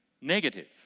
negative